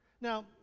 Now